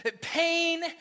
Pain